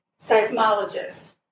seismologist